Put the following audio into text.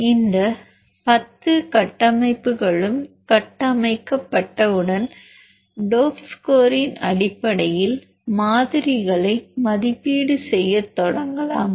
எனவே இந்த 10 கட்டமைப்புகளும் கட்டமைக்கப்பட்டவுடன் டோப் ஸ்கோரின் அடிப்படையில் மாதிரிகளை மதிப்பீடு செய்யத் தொடங்கலாம்